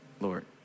Lord